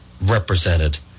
represented